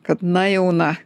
kad na jau na